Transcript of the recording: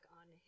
on